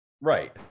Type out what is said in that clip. Right